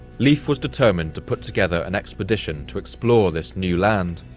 leif was determined to put together an expedition to explore this new land.